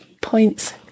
points